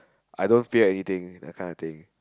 I don't feel anything that kind of thing